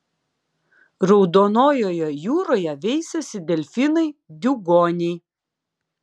raudonojoje jūroje veisiasi delfinai diugoniai